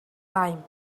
time